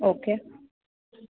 okay